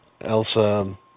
Elsa